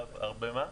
הרבה מה?